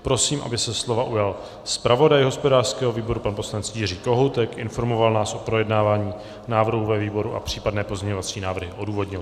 Prosím, aby se slova ujal zpravodaj hospodářského výboru pan poslanec Jiří Kohoutek, informoval nás o projednání návrhu ve výboru a případné pozměňovací návrhy odůvodnil.